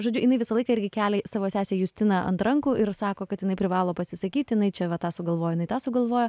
žodžiu jinai visą laiką irgi kelia savo sesę justiną ant rankų ir sako kad jinai privalo pasisakyt jinai čia va tą sugalvojo jinai tą sugalvojo